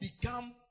become